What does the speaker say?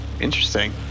Interesting